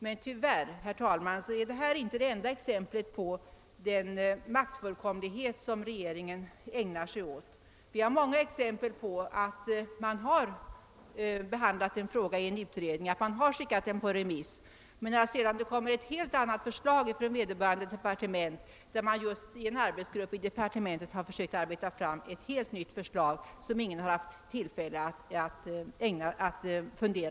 Detta är, herr talman, tyvärr inte det enda exemplet på den maktfullkomlighet som regeringen hänger sig åt. Vi har många exempel på att man behandlat en fråga i en utredning, att man skickat ut den på remiss men att sedan vederbörande departement kommer med ett helt annat förslag som arbetats fram av en grupp inom departementet och som ingen annan haft tillfälle att yttra sig över.